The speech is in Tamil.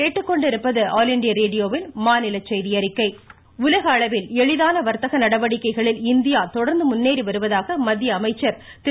அருண்ஜேட்லி உலக அளவில் எளிதான வர்த்தக நடவடிக்கைகளில் இந்தியா தொடர்ந்து முன்னேறி வருவதாக மத்திய அமைச்சர் திரு